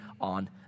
on